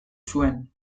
zuen